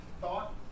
thought